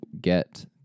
get